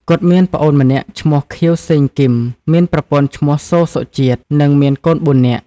គាត់ មានប្អូនម្នាក់ឈ្មោះ ខៀវ សេងគីម មានប្រពន្ធឈ្មោះ សូ សុជាតិ និងមានកូន ៤នាក់ ។